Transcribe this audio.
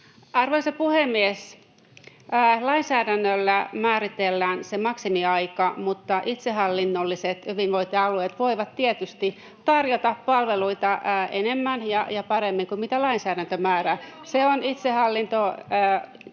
Arvoisa puhemies! Lainsäädännöllä määritellään se maksimiaika, mutta itsehallinnolliset hyvinvointialueet voivat tietysti tarjota palveluita enemmän ja paremmin kuin mitä lainsäädäntö määrää. [Välihuutoja